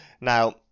Now